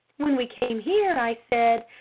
when we came here, i said,